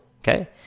Okay